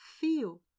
feel